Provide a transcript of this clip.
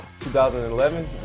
2011